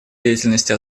деятельности